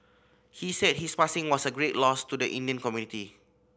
he said his passing was a great loss to the Indian community